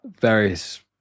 various